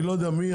אני לא יודע מי,